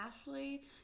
Ashley